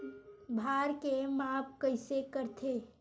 भार के माप कइसे करथे?